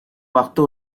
waktu